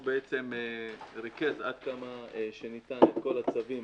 בעצם הוא ריכז עד כמה שניתן את כל הצווים